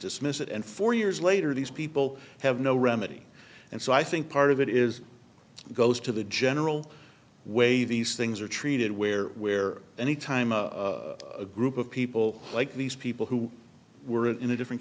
dismiss it and four years later these people have no remedy and so i think part of it is goes to the general way these things are treated where where any time a group of people like these people who were in a different